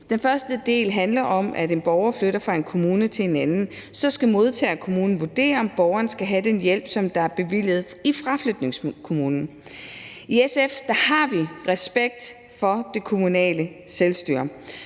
Den første del handler om, at en borger flytter fra en kommune til en anden. Så skal modtagerkommunen vurdere, om borgeren skal have den hjælp, der er bevilger i fraflytningskommunen. I SF har vi respekt for det kommunale selvstyre